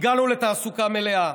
הגענו לתעסוקה מלאה.